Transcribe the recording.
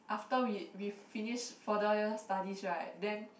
after we we finish further year studies right then